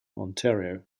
ontario